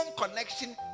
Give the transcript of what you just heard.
connection